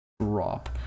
drop